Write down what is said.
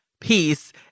Peace